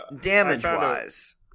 damage-wise